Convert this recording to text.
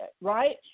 right